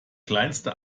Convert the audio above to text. kleinste